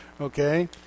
Okay